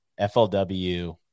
FLW